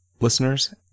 listeners